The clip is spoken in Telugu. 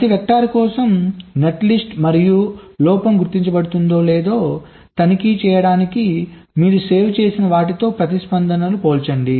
ప్రతి వెక్టార్ కోసం నెట్లిస్ట్ మరియు లోపం గుర్తించబడుతుందో లేదో తనిఖీ చేయడానికి మీరు సేవ్ చేసిన వాటితో ప్రతిస్పందనలను పోల్చండి